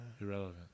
Irrelevant